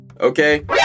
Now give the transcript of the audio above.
okay